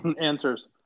Answers